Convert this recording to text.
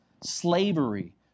slavery